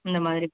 இந்தமாதிரி